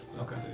okay